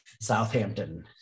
southampton